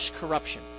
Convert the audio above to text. corruption